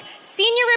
senior